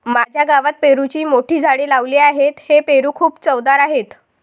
माझ्या गावात पेरूची मोठी झाडे लावली आहेत, हे पेरू खूप चवदार आहेत